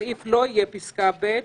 הסעיף לא יהיה פסקה (ב),